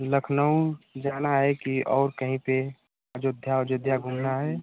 लखनऊ जाना है कि और कहीं पे अयोध्या अयोध्या घूमना है